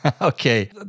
Okay